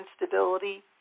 instability